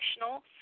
National